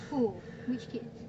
who which kids